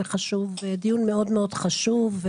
דיון מאוד חשוב.